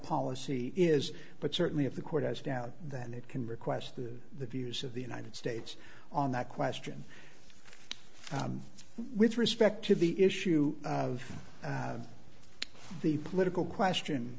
policy is but certainly if the court has down then it can request to the views of the united states on that question with respect to the issue of the political question